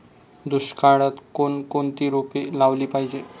दुष्काळात कोणकोणती रोपे लावली पाहिजे?